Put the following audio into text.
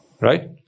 Right